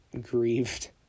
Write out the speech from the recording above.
grieved